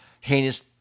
heinous